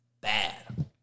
bad